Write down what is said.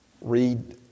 read